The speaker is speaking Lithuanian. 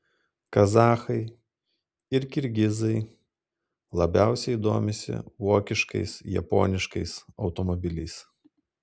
kazachai ir kirgizai labiausiai domisi vokiškais japoniškais automobiliais